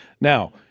Now